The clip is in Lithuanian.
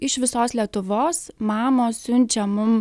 iš visos lietuvos mamos siunčia mum